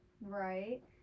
Right